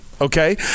Okay